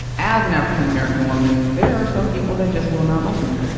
as an african-american woman, there are some people that just will not like me.